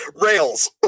Rails